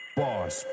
boss